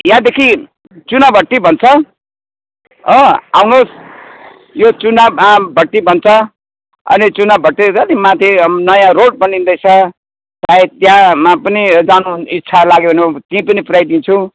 यहाँदेखि चुनाभट्टी भन्छ हो आउनुहोस् यो चुना भट्टी भन्छ अनि चुनाभट्टी छ नि माथि नयाँ रोड बनिन्दैछ छ सायद त्यहाँमा पनि जानु इच्छा लाग्यो भने नि म त्यहीँ पनि पुर्याइदिन्छु